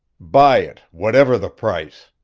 buy it, whatever the price.